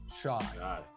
shy